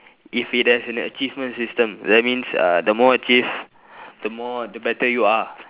if it has an achievement system that means uh the more achieve the more the better you are